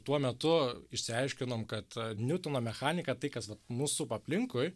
tuo metu išsiaiškinom kad niutono mechanika tai kas mus supa aplinkui